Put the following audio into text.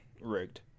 Rigged